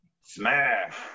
Smash